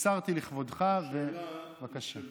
קיצרתי לכבודך, השאלה, בבקשה.